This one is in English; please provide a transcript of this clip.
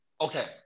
Okay